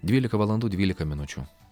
dvylika valandų dvylika minučių